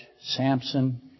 Samson